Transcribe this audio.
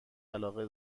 علاقه